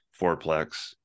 fourplex